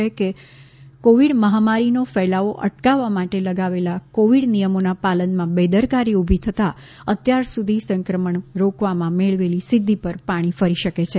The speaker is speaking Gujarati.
તેમણે કહ્યુ કે કોવિડ મહામારીનો ફેલાવો અટકાવવા માટે લગાવેલાં કોવિડ નિયમોના પાલનમાં બેદરકારી ઉભી થતાં અત્યાર સુધી સંક્રમણ રોકવામાં મેળવેલી સિધ્ધી પર પાણી ફરી શકે છે